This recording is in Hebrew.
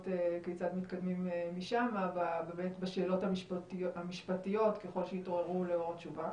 כיצד מתקדמים משם בשאלות המשפטיות ככל שיתעוררו לאור התשובה,